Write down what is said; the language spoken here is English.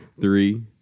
three